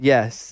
Yes